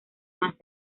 más